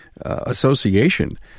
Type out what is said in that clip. association